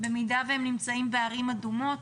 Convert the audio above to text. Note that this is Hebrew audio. במידה שהן נמצאות בערים אדומות?